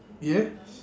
yes